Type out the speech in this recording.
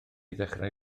ddechrau